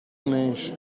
menshi